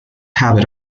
habit